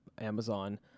Amazon